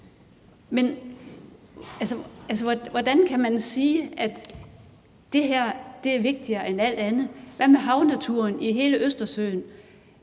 Men hvordan kan man sige, at det her er vigtigere end alt andet? Hvad med havnaturen i hele Østersøen?